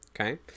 Okay